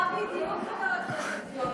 מה בדיוק, חבר הכנסת יונה?